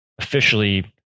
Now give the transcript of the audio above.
officially